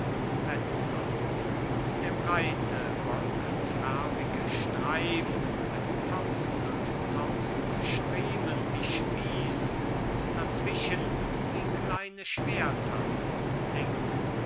metzler und der breite wolkenfärbige streif mit tausend und tausend striemen wie spieß und dazwischen wie kleine schwerter link